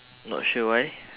not sure why